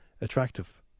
attractive